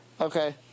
okay